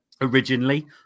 Originally